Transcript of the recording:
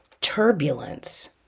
turbulence